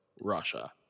Russia